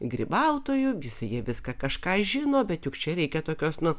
grybautojų visi jie viską kažką žino bet juk čia reikia tokios nu